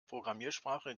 programmiersprache